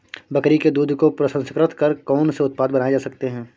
बकरी के दूध को प्रसंस्कृत कर कौन से उत्पाद बनाए जा सकते हैं?